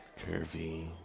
Curvy